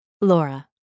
Laura